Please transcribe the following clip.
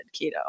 keto